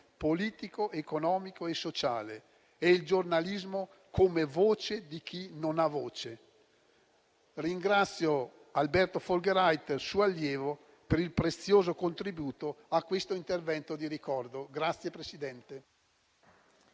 politico, economico e sociale e il giornalismo come voce di chi non ha voce. Ringrazio Alberto Folgheraiter, suo allievo, per il prezioso contributo a questo intervento di ricordo.